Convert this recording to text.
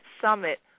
summit